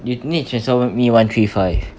you need transfer me on~ one three five